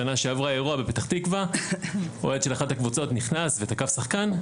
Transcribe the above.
בשנה שעברה היה אירוע בפתח תקוה כשאוהד של אחת הקבוצות נכנס ותקף שחקן,